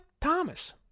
Thomas